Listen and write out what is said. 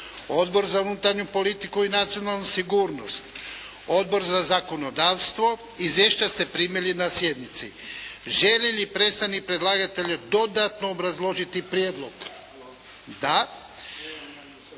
Odbor za unutarnju politiku i nacionalnu sigurnost, Odbor za zakonodavstvo. Izvješća ste primili na sjednici. Želi li predstavnik predlagatelja dodatno obrazložiti prijedlog? Da.